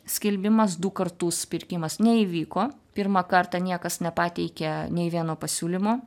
skelbimas du kartus pirkimas neįvyko pirmą kartą niekas nepateikė nei vieno pasiūlymo